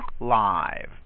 live